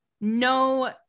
no